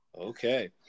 Okay